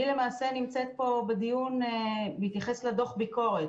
אני למעשה נמצאת פה בדיון בהתייחס לדוח הביקורת.